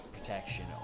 protection